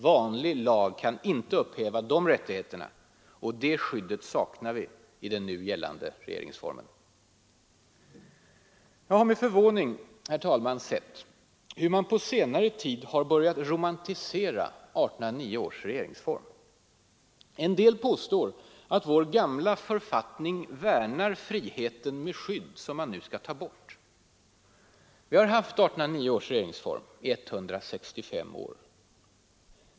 — Vanlig lag kan inte upphäva de rättigheterna. Det skyddet saknar vi i den nu gällande regeringsformen. Jag har med förvåning sett hur man på senare tid har börjat romantisera 1809 års regeringsform. En del påstår att vår gamla författning värnar friheten med skydd som man nu tar bort. Vi har haft 1809 års regeringsform i 165 år.